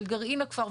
של גרעין הכפר,